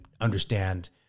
understand